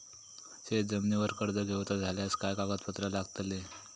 शेत जमिनीवर कर्ज घेऊचा झाल्यास काय कागदपत्र लागतली?